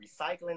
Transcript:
recycling